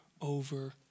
over